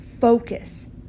focus